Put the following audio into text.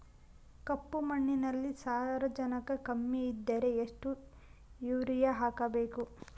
ಕಪ್ಪು ಮಣ್ಣಿನಲ್ಲಿ ಸಾರಜನಕ ಕಮ್ಮಿ ಇದ್ದರೆ ಎಷ್ಟು ಯೂರಿಯಾ ಹಾಕಬೇಕು?